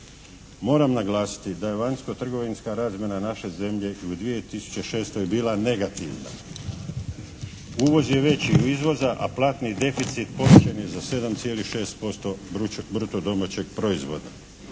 Moram naglasiti da je vanjsko trgovinska razmjena naše zemlje i u 2006. bila negativna. Uvoz je veći od izvoza, a platni deficit povećan je za 7,6% bruto domaćeg proizvoda.